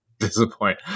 disappoint